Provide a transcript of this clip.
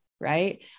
right